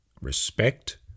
respect